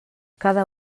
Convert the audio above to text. cada